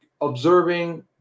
observing